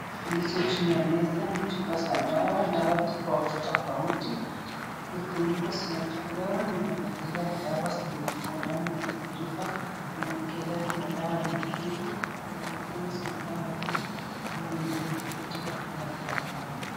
Zilizojuu ya meza ni chupa za dawa ,dawa tofauti tofauti kifuniko zimetolewa na wamewekelea dawa zenye ziko ndani ya hizi chupa, wamewekelea kuna dawa nyekundu, kuna ingine hizi ni dawa tu zenye ni nyeupe yote lakini hazijafanana.